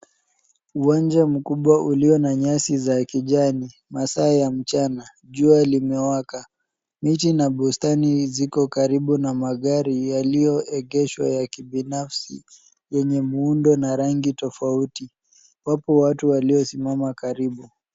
Uwanja mkubwa ulio na nyasi za kijani, masaa ya mchana jua lime waka. Miti na bustani ziko karibu na magari yalio egeshwa ya kibinafsi wenye muundo na rangi tofauti, wapo watu walio simama karibu.